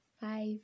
five